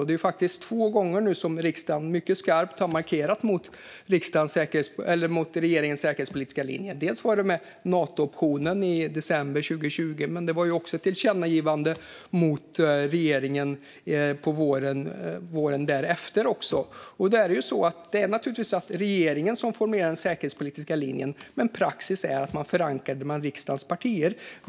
Det är faktiskt två gånger som riksdagen mycket skarpt har markerat mot regeringens säkerhetspolitiska linje, dels i och med Nato-optionen i december 2020, dels i och med tillkännagivandet till regeringen på våren därefter. Det är naturligtvis så att det är regeringen som formulerar den säkerhetspolitiska linjen, men praxis är att man förankrar den med riksdagens partier.